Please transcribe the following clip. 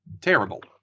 terrible